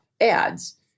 ads